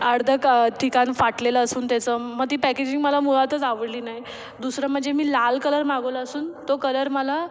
अर्धं का ठिकाण फाटलेलं असून त्याचं मग ती पॅकेजिंग मला मुळातच आवडली नाही दुसरं म्हणजे मी लाल कलर मागवला असून तो कलर मला